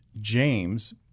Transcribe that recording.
James